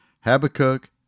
Habakkuk